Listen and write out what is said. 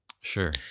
Sure